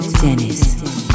Dennis